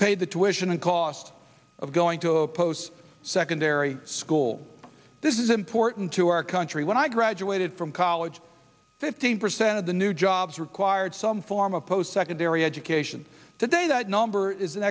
pay the tuition and cost of going to post secondary school this is important to our country when i graduated from college fifteen percent of the new jobs required some form of post secondary education today that number is